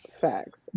Facts